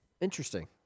Interesting